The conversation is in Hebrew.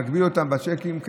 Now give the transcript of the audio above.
מגבילים אותם בצ'קים,